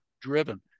driven